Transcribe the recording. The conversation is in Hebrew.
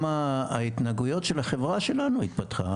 גם ההתנהגויות של החברה שלנו התפתחה.